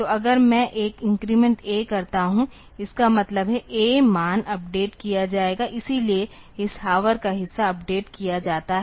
तो अगर मैं एक इन्क्रीमेंट A करता हूं इसका मतलब है A मान अपडेट किया जाएगा इसलिए इस हावर का हिस्सा अपडेट किया जाता है